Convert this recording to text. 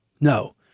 No